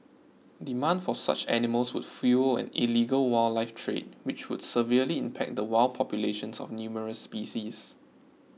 demand for such animals would fuel an illegal wildlife trade which would severely impact the wild populations of numerous species